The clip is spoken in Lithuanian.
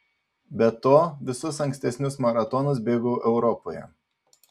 be to visus ankstesnius maratonus bėgau europoje